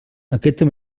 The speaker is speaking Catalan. aquesta